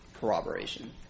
corroboration